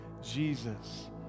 Jesus